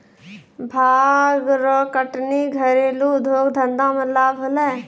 भांग रो कटनी घरेलू उद्यौग धंधा मे लाभ होलै